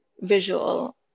visual